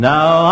Now